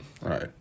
Right